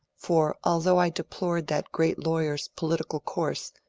for although i deplored that great lawyer's politi cal course,